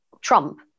Trump